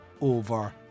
over